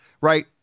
right